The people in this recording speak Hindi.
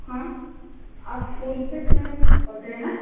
हाँ आप